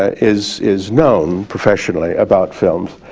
is is known professionally about films,